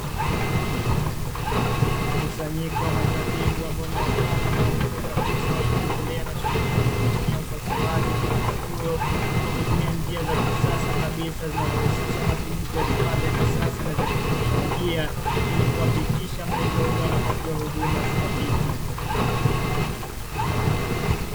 Mkusanyiko wa matabibu ambao ni wataalamu wa kubwa kabisa wakiendelea na shughuli ya kumfanyia upasuaji mgonjwa huyo, kwa kutumia njia za kisasa kabisa zinazo husisha matumizi vifaa vya kisasa na kiteknolojia. Ili kuhakikisha mgonjwa anapatiwa huduma stahiki.